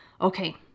Okay